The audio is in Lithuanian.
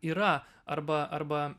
yra arba arba